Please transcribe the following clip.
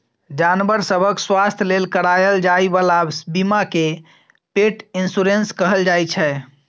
जानबर सभक स्वास्थ्य लेल कराएल जाइ बला बीमा केँ पेट इन्स्योरेन्स कहल जाइ छै